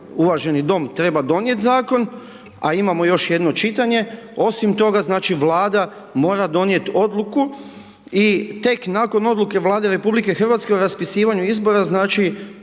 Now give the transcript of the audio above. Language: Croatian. uvaženi Dom treba donijet Zakon, a imamo još jedno čitanje, osim toga, znači, Vlada mora donijeti odluku i tek nakon odluke Vlade Republike Hrvatske o raspisivanju izbora, znači,